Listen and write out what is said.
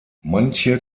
manche